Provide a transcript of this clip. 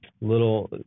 little